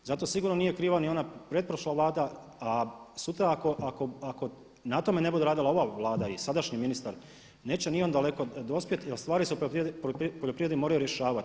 Zato sigurno nije kriva ni ona pretprošla Vlada, a sutra ako na tome ne bude radila ova Vlada i sadašnji ministar neće ni on daleko dospjeti jer stvari se u poljoprivredi moraju rješavati.